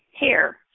hair